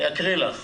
אני אקריא לך.